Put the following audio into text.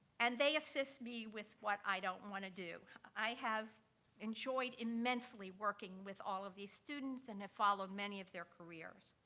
and they assist me with what i don't wanna do. i have enjoyed immensely working with all of these students and have followed many of their careers.